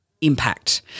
impact